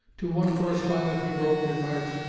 to one correspondent he wrote, in march,